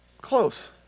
Close